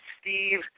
Steve